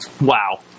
Wow